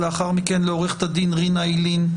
לאחר מכן לעו"ד רינה איילין,